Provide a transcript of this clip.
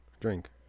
Drink